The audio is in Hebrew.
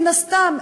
מן הסתם,